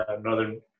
Northern